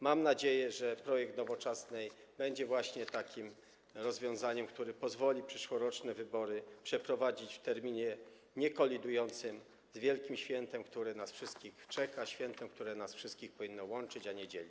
Mam nadzieję, że projekt Nowoczesnej będzie takim rozwiązaniem, które pozwoli przyszłoroczne wybory przeprowadzić w terminie niekolidującym z wielkim świętem, które nas wszystkich czeka, świętem, które nas wszystkich powinno łączyć, a nie dzielić.